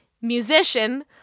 musician